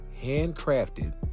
handcrafted